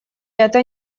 это